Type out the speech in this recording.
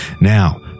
now